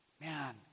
man